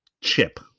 chip